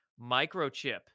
microchip